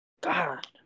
God